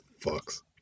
fucks